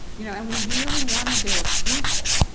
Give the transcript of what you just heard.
you know and we really wanted their approval.